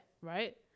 Right